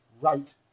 right